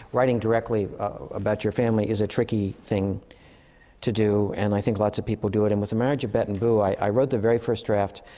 writing directly about your family is a tricky thing to do. and i think lots of people do it. and with the marriage of bette and boo, i i wrote the very first draft